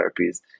therapies